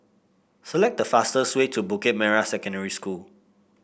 select the fastest way to Bukit Merah Secondary School